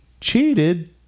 cheated